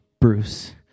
Bruce